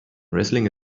wrestling